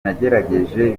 nagerageje